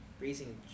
raising